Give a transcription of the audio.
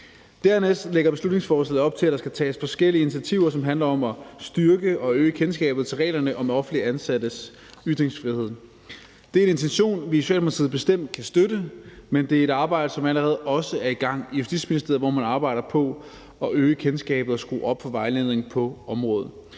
Dernæst lægger beslutningsforslaget op til, at der skal tages forskellige initiativer, som handler om at styrke og øge kendskabet til reglerne om offentligt ansattes ytringsfrihed. Det er en intention, vi i Socialdemokratiet bestemt kan støtte, men det er et arbejde, som også allerede er i gang i Justitsministeriet, hvor man arbejder på at øge kendskabet og skrue op for vejledningen på området.